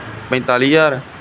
ਪੰਤਾਲੀ ਹਜ਼ਾਰ